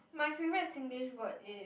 my favourite Singlish word is